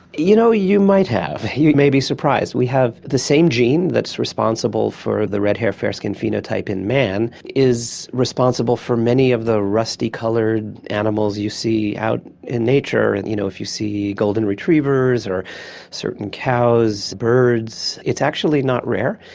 you know, you might have, you may be surprised. the same gene that's responsible for the red hair, fair skin phenotype in man is responsible for many of the rusty coloured animals you see out in nature. and you know, if you see golden retrievers or certain cows, birds, it's actually not rare,